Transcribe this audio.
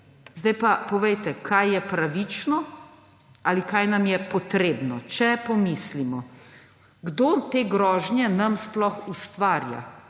Zdaj pa povejte, kaj je pravično ali kaj nam je potrebno, če pomislimo, kdo te grožnje nam sploh ustvarja.